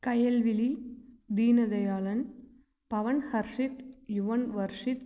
Kayalvizhi Deenadayalan Pavanharshith Yuvanvarshith